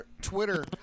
Twitter